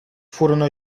furono